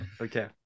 Okay